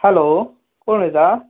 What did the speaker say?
hello कोण उलयता